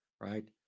right